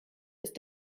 ist